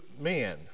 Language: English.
men